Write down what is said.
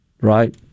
right